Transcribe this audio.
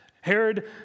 Herod